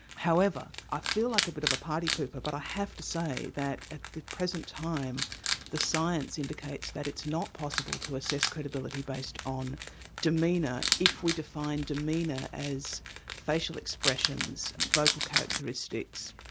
however, i feel like a bit of a party pooper, but i have to say that at the present time the science indicates that it's not possible to assess credibility based on demeanour, if we define demeanour as facial expressions, vocal characteristics,